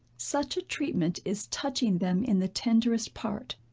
such a treatment is touching them in the tenderest part.